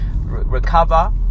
recover